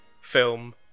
film